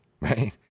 Right